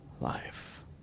life